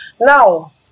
Now